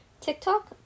TikTok